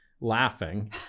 laughing